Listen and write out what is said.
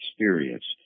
experienced